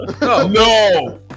no